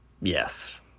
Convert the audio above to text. yes